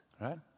right